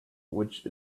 which